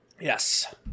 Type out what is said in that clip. Yes